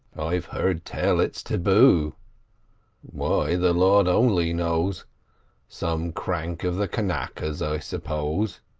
i've heard tell it's tabu why, the lord only knows some crank of the kanakas i s'pose.